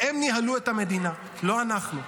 והם ניהלו את המדינה, לא אנחנו.